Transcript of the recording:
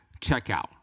checkout